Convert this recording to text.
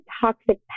toxic